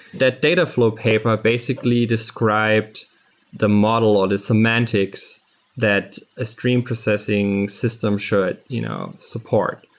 that datafl ow paper basically described the model or the semantics that a stream processing system should you know support.